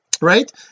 right